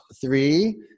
Three